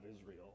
Israel